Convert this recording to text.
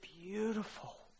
beautiful